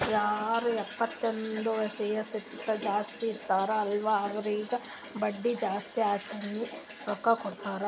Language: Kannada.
ಯಾರು ಇಪ್ಪತೈದು ವಯಸ್ಸ್ಕಿಂತಾ ಜಾಸ್ತಿ ಇರ್ತಾರ್ ಅಲ್ಲಾ ಅವ್ರಿಗ ಬಡ್ಡಿ ಜಾಸ್ತಿ ಹಾಕಿನೇ ರೊಕ್ಕಾ ಕೊಡ್ತಾರ್